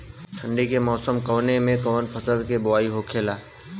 ठंडी के मौसम कवने मेंकवन फसल के बोवाई होखेला?